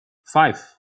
five